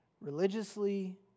religiously